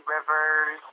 Rivers